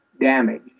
damage